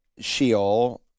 Sheol